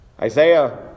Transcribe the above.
Isaiah